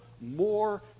more